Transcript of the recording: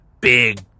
big